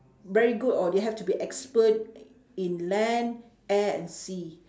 very good or they have to be expert in land air and sea